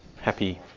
happy